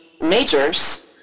majors